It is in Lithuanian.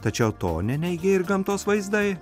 tačiau to neneigė ir gamtos vaizdai